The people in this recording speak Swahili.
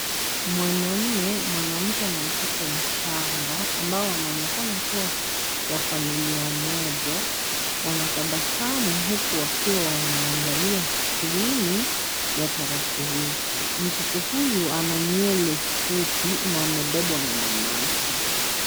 Mwanaume, mwanamke na mtoto mchanga ambao wanaonenakana kuwa wa familia moja, wanatabasamu huku wakiwa wanaangalia skrini ya tarakilishi. Mtoto huyu ana nywele fupi na amebebwa na mama yake.